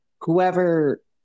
Whoever